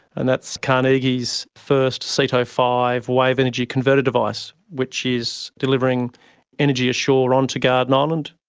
and that's carnegie's first ceto five wave energy converter device, which is delivering energy ashore onto garden island.